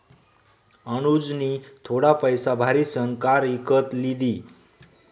अनुजनी थोडा पैसा भारीसन कार इकत लिदी